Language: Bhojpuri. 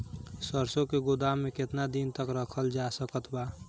सरसों के गोदाम में केतना दिन तक रखल जा सकत बा?